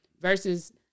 versus